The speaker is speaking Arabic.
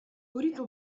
أريد